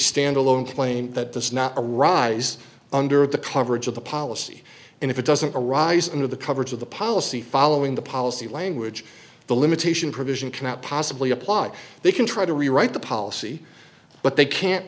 standalone claim that does not arise under the coverage of the policy and if it doesn't arise into the coverage of the policy following the policy language the limitation provision cannot possibly apply they can try to rewrite the policy but they can't